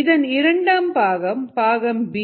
இதன் இரண்டாம் பாகம் பாகம் b